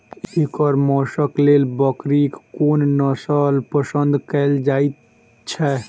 एकर मौशक लेल बकरीक कोन नसल पसंद कैल जाइ छै?